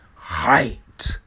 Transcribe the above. Height